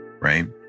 right